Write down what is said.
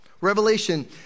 Revelation